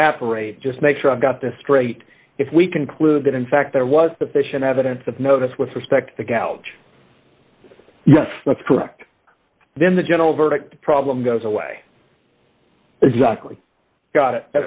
evaporate just make sure i've got this straight if we conclude that in fact there was sufficient evidence of notice with respect the couch yes that's correct then the general verdict problem goes away exactly got it